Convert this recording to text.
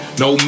no